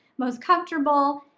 most comfortable.